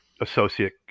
associate